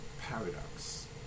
paradox